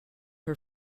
her